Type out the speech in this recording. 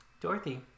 Dorothy